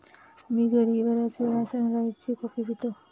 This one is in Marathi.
मी घरी बर्याचवेळा सनराइज ची कॉफी पितो